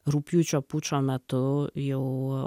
rugpjūčio pučo metu jau